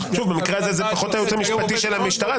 שוב, במקרה הזה זה פחות הייעוץ המשפטי של המשטרה.